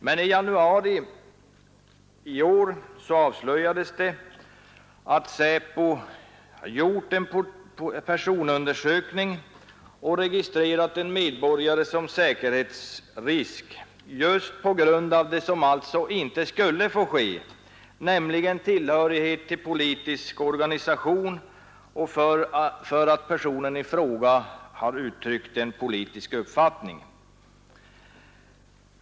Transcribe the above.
Men i januari i år avslöjades det att SÄPO gjort en personundersökning och registrerat en medborgare som säkerhetsrisk just på grund av det som alltså inte skulle få ske, nämligen för tillhörighet till politisk organisation och för att personen i fråga uttryckt en politisk uppfattning.